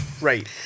Right